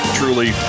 truly